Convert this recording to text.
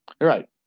Right